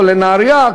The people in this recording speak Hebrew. כולל נהרייה,